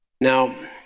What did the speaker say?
Now